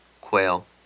quail